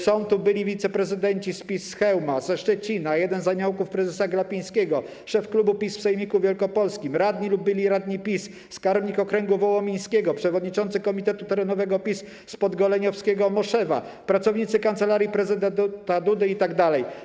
Są tu byli wiceprezydenci z PiS z Chełma, ze Szczecina, jeden z aniołków prezesa Glapińskiego, szef klubu PiS w sejmiku wielkopolskim, radni lub byli radni PiS, skarbnik okręgu wołomińskiego, przewodniczący komitetu terenowego PiS z podgoleniowskiego Maszewa, pracownicy kancelarii prezydenta Dudy itd.